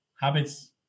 habits